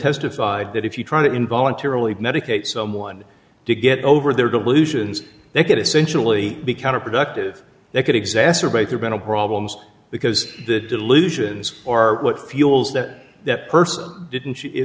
testified that if you try to involuntarily medicate someone to get over their delusions they could essentially be counterproductive they could exacerbate their mental problems because the delusions are what fuels that that person didn't s